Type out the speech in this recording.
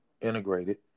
integrated